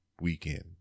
weekend